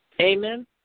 Amen